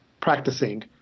practicing